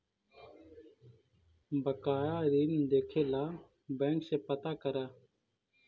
बकाया ऋण देखे ला बैंक से पता करअ